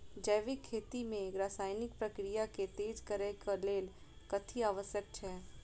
जैविक खेती मे रासायनिक प्रक्रिया केँ तेज करै केँ कऽ लेल कथी आवश्यक छै?